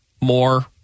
more